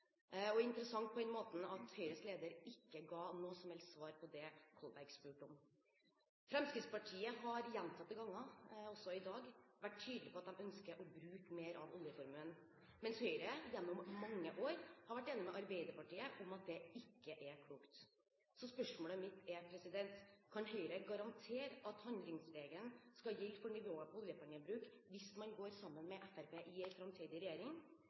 var interessant på den måten at Høyres leder ikke ga noe som helst svar på det Kolberg spurte om. Fremskrittspartiet har gjentatte ganger, også i dag, vært tydelig på at de ønsker å bruke mer av oljeformuen, mens Høyre gjennom mange år har vært enig med Arbeiderpartiet i at det ikke er klokt. Så spørsmålet mitt er: Kan Høyre garantere at handlingsregelen skal gjelde for nivået på oljepengebruk hvis man går sammen med Fremskrittspartiet i en framtidig regjering?